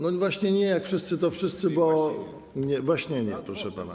No właśnie nie: jak wszyscy, to wszyscy, właśnie nie, proszę pana.